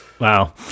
wow